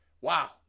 wow